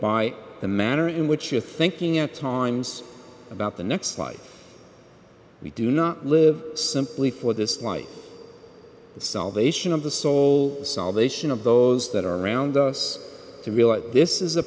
by the manner in which you're thinking at times about the next life we do not live simply for this life the salvation of the soul the salvation of those that are around us to realize this is a